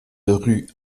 rue